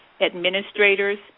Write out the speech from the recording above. administrators